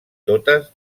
totes